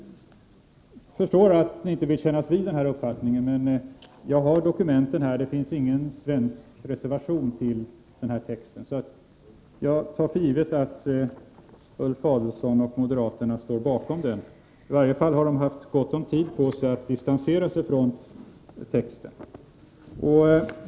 Jag förstår att ni inte vill kännas vid den här uppfattningen, men jag har dokumenten här. Det finns ingen svensk reservation till texten, så jag tar för givet att Ulf Adelsohn och moderaterna står bakom den. I varje fall har de haft gott om tid på sig att distansera sig från texten.